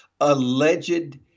alleged